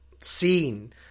seen